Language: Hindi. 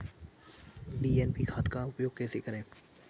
डी.ए.पी खाद का उपयोग कैसे करें?